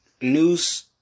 news